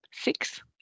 six